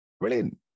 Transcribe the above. Brilliant